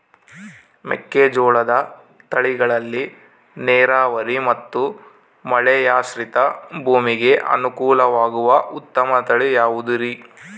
ಮೆಕ್ಕೆಜೋಳದ ತಳಿಗಳಲ್ಲಿ ನೇರಾವರಿ ಮತ್ತು ಮಳೆಯಾಶ್ರಿತ ಭೂಮಿಗೆ ಅನುಕೂಲವಾಗುವ ಉತ್ತಮ ತಳಿ ಯಾವುದುರಿ?